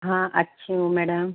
हाँ अच्छी हूँ मैडम